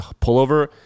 pullover